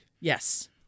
Yes